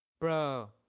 bro